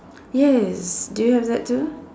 yes do you have that too